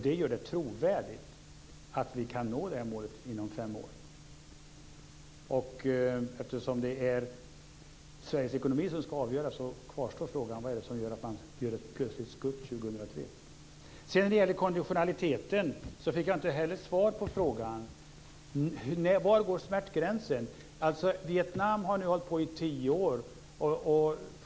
Det gör det trovärdigt att vi kan nå detta mål inom fem år. Eftersom det är Sveriges ekonomi som ska avgöra detta kvarstår frågan: Vad är det som gör att man gör ett plötsligt skutt år 2003? När det gäller konditionaliteten fick jag inte heller svar på frågan: Var går smärtgränsen? I Vietnam har detta pågått under tio år.